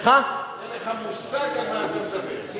אין לך מושג על מה אתה מדבר.